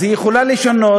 אז היא יכולה לשנות.